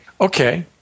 okay